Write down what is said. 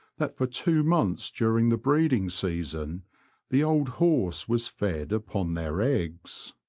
that for two months during the breeding season the old horse was fed upon their eggs.